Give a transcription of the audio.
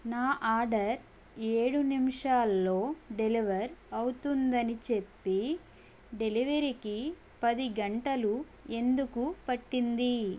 నా ఆర్డర్ ఏడు నిమిషాల్లో డెలివర్ అవుతుందని చెప్పి డెలివరీకి పది గంటలు ఎందుకు పట్టింది